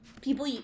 people